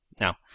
now